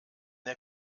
der